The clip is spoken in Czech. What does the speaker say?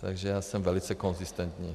Takže já jsem velice konzistentní.